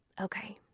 Okay